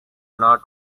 not